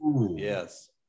Yes